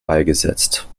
beigesetzt